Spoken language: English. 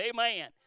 Amen